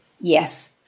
Yes